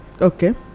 Okay